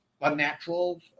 unnatural